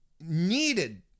needed